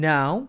Now